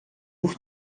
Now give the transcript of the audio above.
por